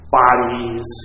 bodies